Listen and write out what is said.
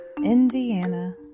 Indiana